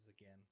again